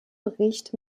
bericht